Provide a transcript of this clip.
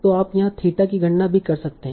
तो आप यहाँ थीटा की गणना भी कर सकते हैं